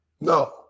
No